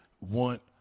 want